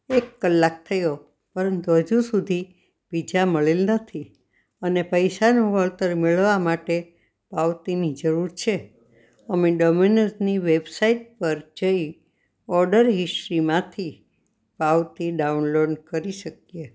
એક કલાક થયો પરંતુ હજુ સુધી પીજા મળેલ નથી અને પૈસાનું વળતર મેળવવા માટે પાવતીની જરૂર છે અમે ડોમીનોઝની વેબસાઇટ પર જઈ ઓડર ઇશ્યૂમાંથી પાવતી ડાઉનલોડ કરી શકીએ